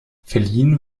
verliehen